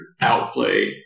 outplay